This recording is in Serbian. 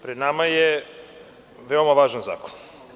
Pred nama je veoma važan zakon.